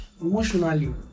emotionally